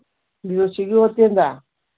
B ꯑꯣ ꯁꯤꯒꯤ ꯍꯣꯇꯦꯜꯗ